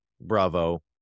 bravo